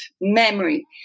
memory